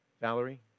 Valerie